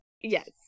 yes